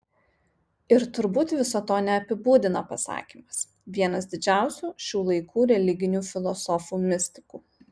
ir turbūt viso to neapibūdina pasakymas vienas didžiausių šių laikų religinių filosofų mistikų